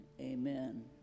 Amen